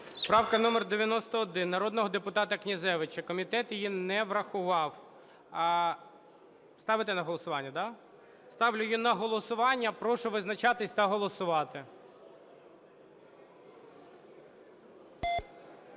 Правка номер 91 народного депутата Князевича. Комітет її не врахував. Ставити на голосування, да? Ставлю її на голосування, прошу визначатися та голосувати.